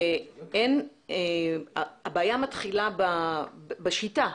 והבעיה מתחילה בשיטה.